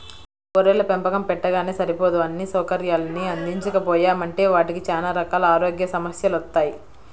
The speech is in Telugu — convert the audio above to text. గొర్రెల పెంపకం పెట్టగానే సరిపోదు అన్నీ సౌకర్యాల్ని అందించకపోయామంటే వాటికి చానా రకాల ఆరోగ్య సమస్యెలొత్తయ్